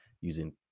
using